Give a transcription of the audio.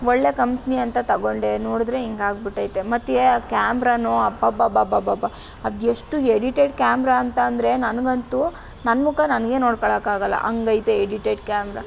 ಒಳ್ಳೆಯ ಕಂಪ್ನಿ ಅಂತ ತಗೊಂಡೆ ನೋಡಿದರೆ ಹಿಂಗಾಗ್ಬಿಟ್ಟೈತೆ ಮತ್ತೆ ಆ ಕ್ಯಾಮ್ರಾನೂ ಅಬ್ಬಬ್ಬಬ್ಬಬ್ಬಬ್ಬಬ್ಬ ಅದೆಷ್ಟು ಎಡಿಟೆಡ್ ಕ್ಯಾಮ್ರಾ ಅಂತಂದರೆ ನನಗಂತೂ ನನ್ನ ಮುಖ ನನಗೇ ನೋಡ್ಕಳಕ್ಕಾಗಲ್ಲ ಹಂಗೈತೆ ಎಡಿಟೆಡ್ ಕ್ಯಾಮ್ರಾ